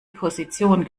position